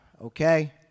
okay